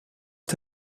het